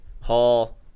Hall